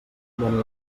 ven